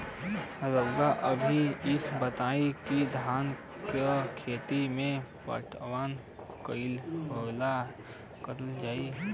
रउवा सभे इ बताईं की धान के खेती में पटवान कई हाली करल जाई?